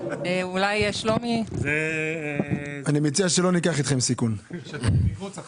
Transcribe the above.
אני מציע שלא ניקח אתכם סיכון...